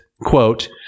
quote